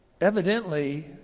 Evidently